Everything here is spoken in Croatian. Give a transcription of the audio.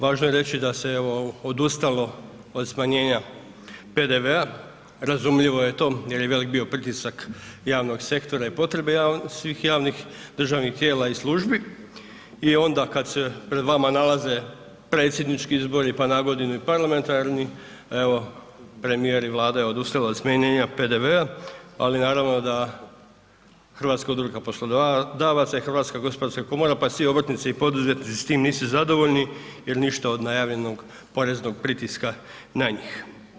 Važno je reći da se odustalo od smanjena PDV-a, razumljivo je to jer je velik bio pritisak javnog sektora i potrebe svih javnih državnih tijela i službi i onda kada se pred vama nalaze predsjednički izbori, pa nagodinu i parlamentarni evo premijer i Vlada je odustala od smanjenja PDV-a, ali naravno da Hrvatska udruga poslodavaca i Hrvatska gospodarska komora pa svi obrtnici i poduzetnici s tim nisu zadovoljni jer ništa od najavljenog poreznog pritiska na njih.